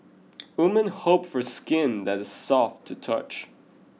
women hope for skin that is soft to touch